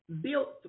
built